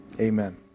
Amen